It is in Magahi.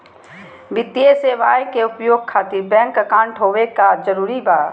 वित्तीय सेवाएं के उपयोग खातिर बैंक अकाउंट होबे का जरूरी बा?